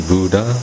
Buddha